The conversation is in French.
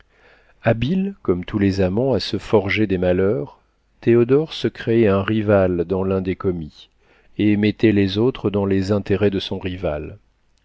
habile comme tous les amants à se forger des malheurs théodore se créait un rival dans l'un des commis et mettait les autres dans les intérêts de son rival